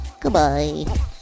goodbye